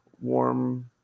warm